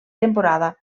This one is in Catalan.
temporada